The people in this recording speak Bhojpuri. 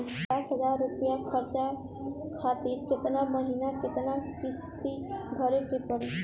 पचास हज़ार रुपया कर्जा खातिर केतना महीना केतना किश्ती भरे के पड़ी?